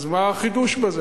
אז מה החידוש בזה?